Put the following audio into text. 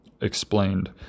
Explained